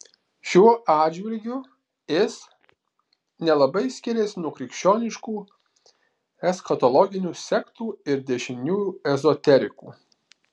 šiuo atžvilgiu is nelabai skiriasi nuo krikščioniškų eschatologinių sektų ir dešiniųjų ezoterikų